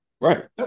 Right